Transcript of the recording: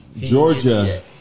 Georgia